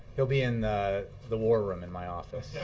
will be in the the war room, in my office. yeah